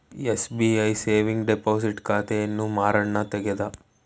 SBI saving deposit ಖಾತೆಯನ್ನು ಮಾರಣ್ಣ ತೆಗದ